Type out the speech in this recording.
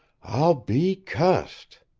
i'll be cussed!